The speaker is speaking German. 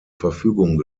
verfügung